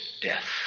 death